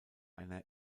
einer